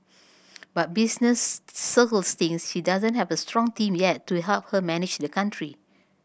but business circles think she doesn't have a strong team yet to help her manage the country